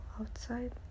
outside